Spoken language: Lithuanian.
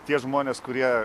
tie žmonės kurie